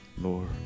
Lord